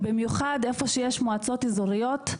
במיוחד במקומות שיש מועצות אזוריות.